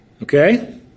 Okay